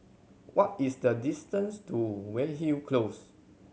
what is the distance to Weyhill Close